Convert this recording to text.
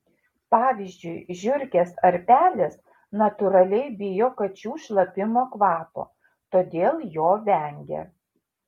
pavyzdžiui žiurkės ar pelės natūraliai bijo kačių šlapimo kvapo todėl jo vengia